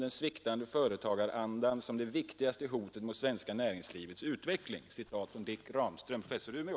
Den sviktande företagarandan är det viktigaste hotet mot näringslivets utveckling, säger t.ex. professor Dick Ramström, Umeå.